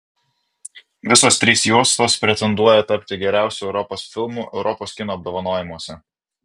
visos trys juostos pretenduoja tapti geriausiu europos filmu europos kino apdovanojimuose